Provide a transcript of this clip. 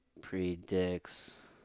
predicts